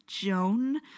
Joan